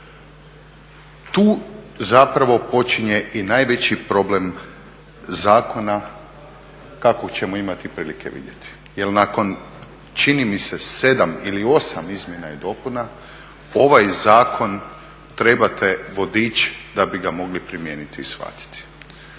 Tu zapravo počinje i najveći problem zakona kakvog ćemo imati prilike vidjeti jer nakon čini mi se 7 ili 8 izmjena ili dopuna ovaj zakon trebate vodič da bi ga mogli primijeniti i shvatiti.